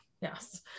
Yes